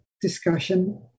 discussion